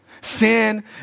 sin